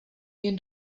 jen